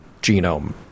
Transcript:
genome